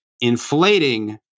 inflating